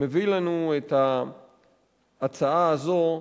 מביא לנו את ההצעה הזו,